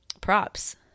props